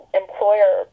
employer